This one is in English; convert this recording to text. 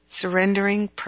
Surrendering